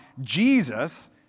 Jesus